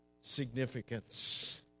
significance